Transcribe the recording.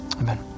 Amen